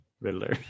Riddler